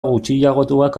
gutxiagotuak